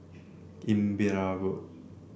Imbiah Road